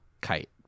kite